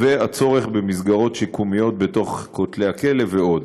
הצורך במסגרות שיקומיות בין כותלי הכלא ועוד.